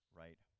right